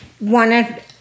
wanted